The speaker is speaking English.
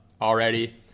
already